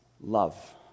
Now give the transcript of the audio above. love